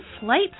Flight